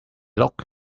look